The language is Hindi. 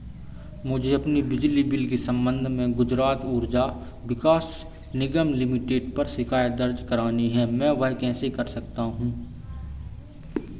मुझे अपने बिजली बिल के संबंध में गुजरात ऊर्जा विकास निगम लिमिटेड पर शिकायत दर्ज करानी है मैं वह कैसे कर सकता हूँ